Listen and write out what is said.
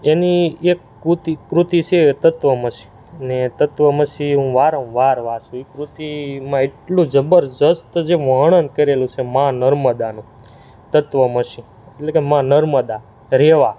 એની એક કૃતિ કૃતિ છે તત્વમસી ને તત્વમસી હુ વારંવાર વાંચુ એ કૃતિમાં એટલું જબરદસ્ત જે વર્ણન કરેલું છે મા નર્મદાનું તત્વમસી એટલે કે મા નર્મદા રેવા